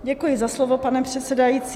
Děkuji za slovo, pane předsedající.